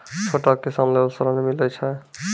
छोटा किसान लेल ॠन मिलय छै?